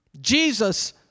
Jesus